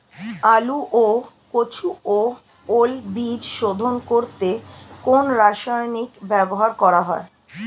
আলু ও কচু ও ওল বীজ শোধন করতে কোন রাসায়নিক ব্যবহার করা হয়?